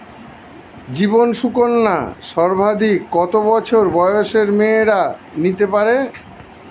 জীবন সুকন্যা সর্বাধিক কত বছর বয়সের মেয়েরা নিতে পারে?